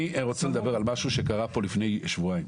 אני רוצה לדבר על משהו שקרה פה לפני שבועיים.